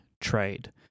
Trade